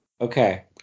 Okay